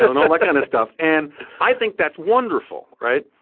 ah and all that kind of stuff. and i think that's wonderful, right?